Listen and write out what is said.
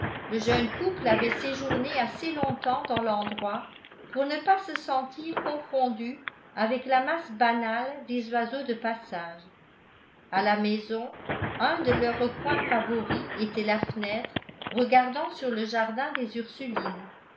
avait séjourné assez longtemps dans l'endroit pour ne pas se sentir confondu avec la masse banale des oiseaux de passage a la maison un de leurs recoins favoris était la fenêtre regardant sur le jardin des ursulines